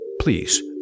please